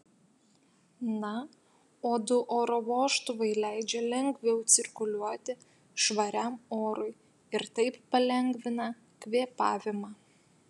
na o du oro vožtuvai leidžia lengviau cirkuliuoti švariam orui ir taip palengvina kvėpavimą